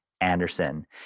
Anderson